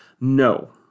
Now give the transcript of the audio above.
No